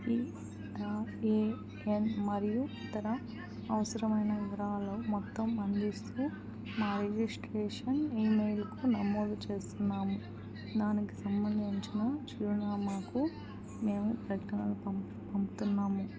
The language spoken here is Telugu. ఈ ఆర్ ఏ ఎన్ మరియు ఇతర అవసరమైన వివరాలు మొత్తం అందిస్తూ మా రిజిస్ట్రేషన్ ఈమెయిల్కు నమోదు చేస్తున్నాము దానికి సంబంధించిన చిరునామాకు మేము ప్రకటనలు పంపు పంపుతున్నాము